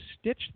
stitch